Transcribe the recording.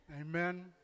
Amen